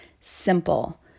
Simple